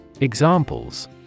Examples